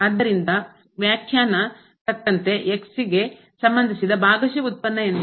ಆದ್ದರಿಂದ ವ್ಯಾಖ್ಯಾನ ತಕ್ಕಂತೆ ಗೆ ಸಂಬಂಧಿಸಿದ ಭಾಗಶಃ ಉತ್ಪನ್ನ ಎಂದರೆ